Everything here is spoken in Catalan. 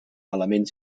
element